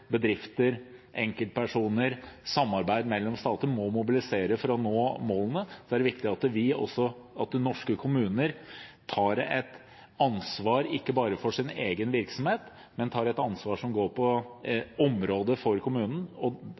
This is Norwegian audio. bedrifter, enkeltpersoner og stater i samarbeid må mobilisere for å nå målene – er det viktig at norske kommuner tar ansvar ikke bare for sin egen virksomhet, men området for kommunen, og dermed også ser på